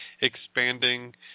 expanding